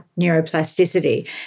neuroplasticity